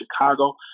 Chicago